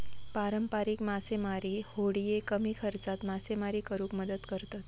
पारंपारिक मासेमारी होडिये कमी खर्चात मासेमारी करुक मदत करतत